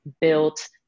built